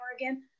oregon